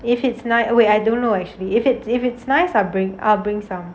if it's nice oh I don't know actually if it's if it's nice I bring I bring some